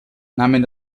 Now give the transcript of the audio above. nahmen